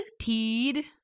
teed